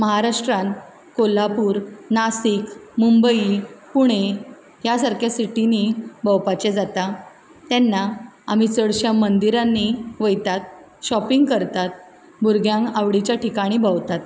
महाराष्ट्रान कोल्हापूर नासीक मुंबई पुणे ह्या सारक्या सिटीनी भोंवपाचें जाता तेन्ना आमी चडश्या मंदिरांनी वयतात शॉपींग करतात भुरग्यांक आवडीच्या ठिकाणी भोंवतात